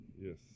Yes